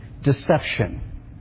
deception